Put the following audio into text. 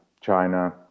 China